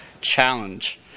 Challenge